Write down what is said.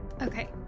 Okay